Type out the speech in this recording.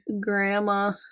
Grandma